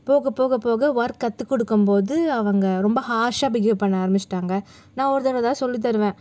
போக போக போக ஒர்க் கற்றுக் கொடுக்கும் போது அவங்க ரொம்ப ஹார்ஷாக பிகேவ் பண்ண ஆரம்பித்துட்டாங்க நான் ஒரு தடவை தான் சொல்லித் தருவேன்